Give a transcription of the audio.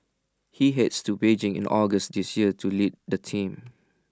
he heads to Beijing in August this year to lead the team